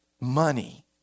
Money